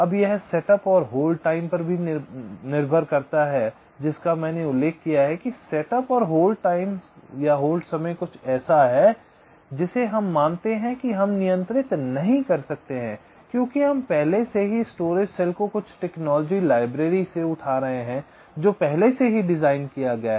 अब यह सेटअप और होल्ड टाइम पर भी निर्भर करता है जिसका मैंने उल्लेख किया है कि सेटअप और होल्ड समय कुछ ऐसा है जिसे हम मानते हैं कि हम नियंत्रित नहीं कर सकते हैं क्योंकि हम पहले से ही इस स्टोरेज सेल को कुछ टेक्नोलॉजी लाइब्रेरी से उठा रहे हैं जो पहले से ही डिज़ाइन किया गया है